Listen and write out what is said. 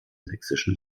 sächsischen